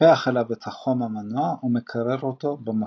מספח אליו את חום המנוע, ומקרר אותו במקרן.